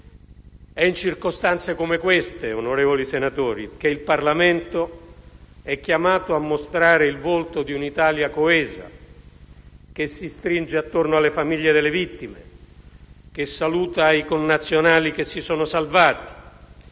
È in circostanze come queste, onorevoli senatori, che il Parlamento è chiamato a mostrare il volto di un'Italia coesa, che si stringe attorno alle famiglie delle vittime, che saluta i connazionali che si sono salvati,